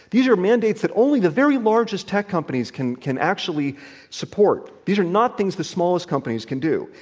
these are mandates that only the very largest tech companies can can actually support. these are not things the smallest companies can do,